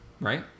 Right